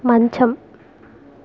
మంచం